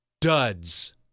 DUDS